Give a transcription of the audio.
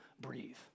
breathe